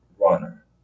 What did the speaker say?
runner